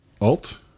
Alt